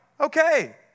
Okay